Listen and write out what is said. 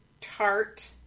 tart